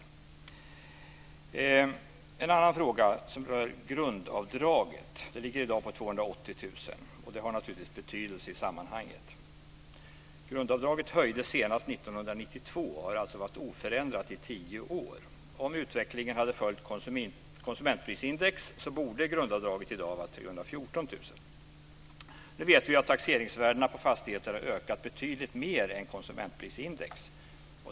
Jag har en annan fråga som rör grundavdraget. Det ligger i dag på 280 000. Det har naturligtvis betydelse i sammanhanget. Grundavdraget höjdes senast 1992 och har alltså varit oförändrat i tio år. Om utvecklingen hade följt konsumentprisindex borde grundavdraget i dag vara 314 000. Nu vet vi att taxeringsvärdena på fastigheter har ökat betydligt mer än konsumentprisindex.